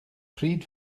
pryd